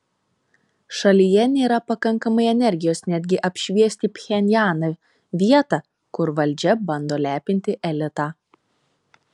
šalyje nėra pakankamai energijos netgi apšviesti pchenjaną vietą kur valdžia bando lepinti elitą